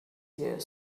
year